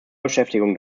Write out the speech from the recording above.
beschäftigung